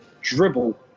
dribble